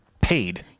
paid